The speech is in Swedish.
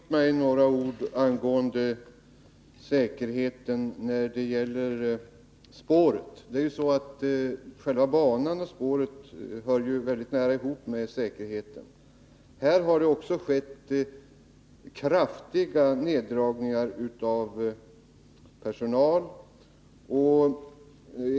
Herr talman! Tillåt mig anföra några ord angående säkerheten när det gäller spåren. Själva banan och spåret hör ju mycket nära ihop med säkerheten. Här har också skett kraftiga neddragningar av personal.